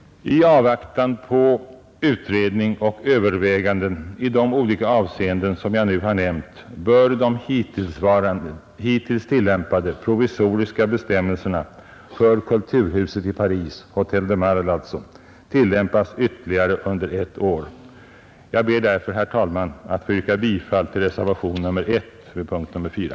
I avvaktan på utredning och överväganden i de olika avseenden som jag nu har nämnt bör de hittills gällande provisoriska bestämmelserna för kulturhuset i Paris — Hötel de Marle — tillämpas ytterligare under ett år. Jag ber därför, herr talman, att få yrka bifall till reservationen 1 vid punkten 4.